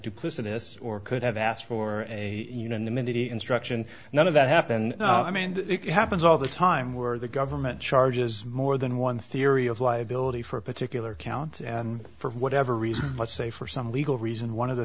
duplicitous or could have asked for a unanimity instruction none of that happened i mean it happens all the time where the government charges more than one theory of liability for a particular count and for whatever reason let's say for some legal reason one of the